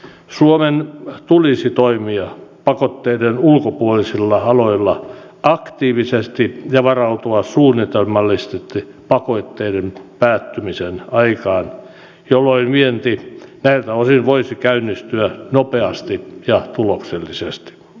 suomen tulisi toimia pakotteiden ulkopuolisilla aloilla aktiivisesti ja varautua suunnitelmallisesti pakotteiden päättymisen aikaan jolloin vienti näiltä osin voisi käynnistyä nopeasti ja tuloksellisesti